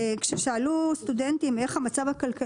כששאלו סטודנטים איך המצב הכלכלי,